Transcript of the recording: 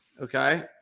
Okay